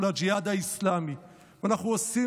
תהיי ברכת השם ועמו ישראל עליכם ואיתכם,